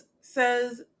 says